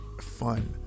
fun